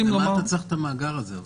בשביל מה אתה צריך את המאגר הזה?